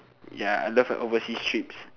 ya I love my overseas trips